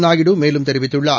நாயுடு மேலும் தெரிவித்துள்ளார்